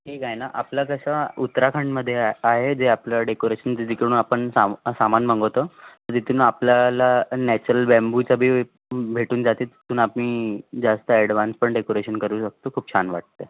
ठीक आहे ना आपलं कसं उत्तराखंडमध्ये आ आहे जे आपलं डेकोरेशनचं जिकडून आपण सामा सामान मागवतो जिथून आपल्याला नॅचरल बांबूचं बी भेटून जाते तिथून आम्ही जास्त ॲडवान्स पण डेकोरेशन करू शकतो खूप छान वाटते